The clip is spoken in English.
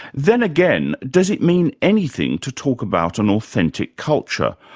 then again, does it mean anything to talk about an authentic culture,